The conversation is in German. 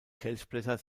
kelchblätter